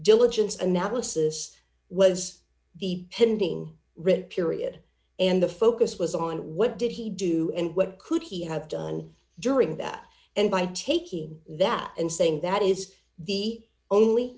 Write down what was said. diligence analysis was the pending writ period and the focus was on what did he do and what could he have done during that and by taking that and saying that is the only